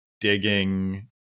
digging